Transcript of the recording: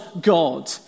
God